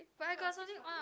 but I got something on